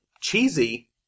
Cheesy